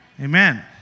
Amen